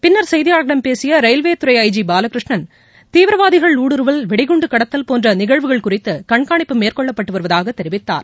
பின்னர் செய்தியாளர்களிடம் பேசிய ரயில்வேத் துறை ஐ ஜி பாலகிருஷ்ணன் தீவிரவாதிகள் ஊடுருவல் வெடிகுண்டு கடத்தல் போன்ற நிகழ்வுகள் குறித்து கண்காணிப்பு மேற்கொள்ளப்பட்டு வருவதாக தெரிவித்தார்